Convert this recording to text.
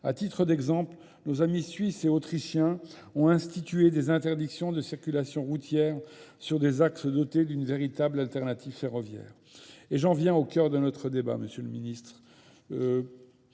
À titre d'exemple, nos amis suisses et autrichiens ont institué des interdictions de circulation routière sur des axes dotés d'une véritable alternative ferroviaire. Et j'en viens au cœur de notre débat, M. le ministre.